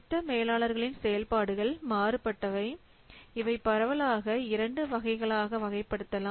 திட்ட மேலாளர்களின் செயல்பாடுகள் மாறுபட்டவை இவை பரவலாக இரண்டு வகைகளாக வகைப்படுத்தலாம்